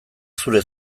zure